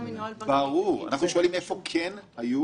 איפה כן היו